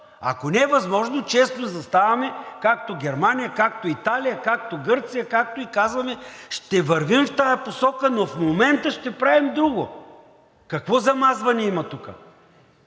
Ако не е възможно, честно заставаме – както Германия, както Италия, както Гърция, и казваме: „Ще вървим в тази посока, но в момента ще правим друго.“ Какво замазване има тука?!